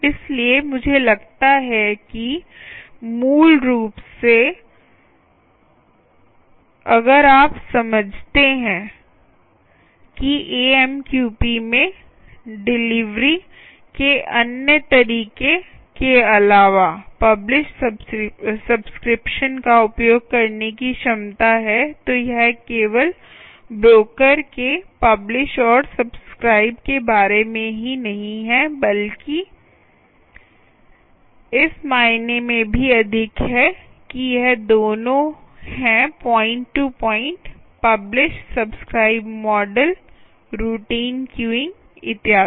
इसलिए मुझे लगता है कि मूल रूप से अगर आप समझते हैं कि AMQP में डिलीवरी के अन्य तरीकों के अलावा पब्लिश सब्सक्रिप्शन का उपयोग करने की क्षमता है तो यह केवल ब्रोकर के पब्लिश और सब्सक्राइब के बारे में ही नहीं है बल्कि इस मायने में भी अधिक है कि यह दोनों है point to point publish subscribe model routine queuing इत्यादि